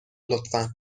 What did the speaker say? لطفا